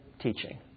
teaching